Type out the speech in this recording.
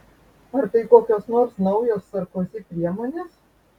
ar tai kokios nors naujos sarkozi priemonės